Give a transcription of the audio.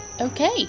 Okay